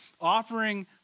offering